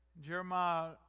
Jeremiah